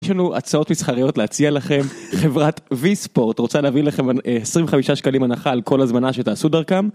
יש לנו הצעות מסחריות להציע לכם חברת ויספורט רוצה להביא לכם 25 שקלים הנחה על כל הזמנה שתעשו דרכם